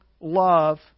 love